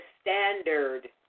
standard